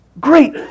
Great